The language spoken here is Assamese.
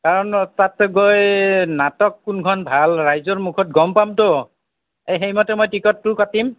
কাৰণ তাতে গৈ নাটক কোনখন ভাল ৰাইজৰ মুখত গম পামতো সেইমতে মই টিকটটো কাটিম